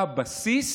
בבסיס.